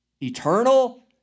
eternal